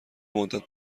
مدت